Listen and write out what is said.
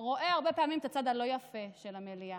הוא רואה הרבה פעמים את הצד הלא-יפה של המליאה,